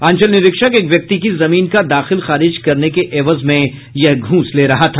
अंचल निरीक्षक एक व्यक्ति की जमीन का दाखिल खारिज करने के एवज में यह घूस ले रहा था